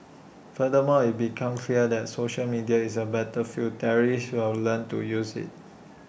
furthermore IT becomes clear that social media is A battlefield terrorists will learn to use IT